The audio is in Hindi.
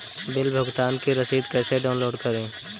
बिल भुगतान की रसीद कैसे डाउनलोड करें?